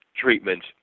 treatment